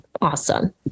awesome